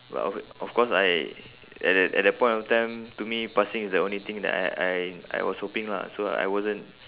well o~ of course I at that at that point of time to me passing is the only thing that I I I was hoping lah so I wasn't